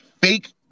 fake